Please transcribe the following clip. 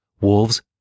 wolves